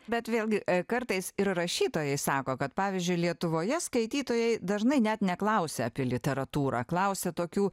bet vėlgi kartais ir rašytojai sako kad pavyzdžiui lietuvoje skaitytojai dažnai net neklausia apie literatūrą klausia tokių